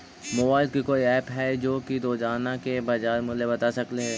Mobile के कोइ app है जो कि रोजाना के बाजार मुलय बता सकले हे?